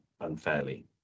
unfairly